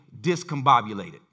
discombobulated